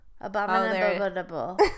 Abominable